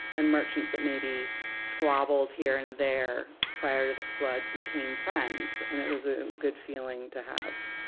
and merchants that maybe squabbled here and there prior to the flood became friends. and it was a good feeling to have